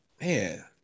man